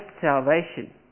salvation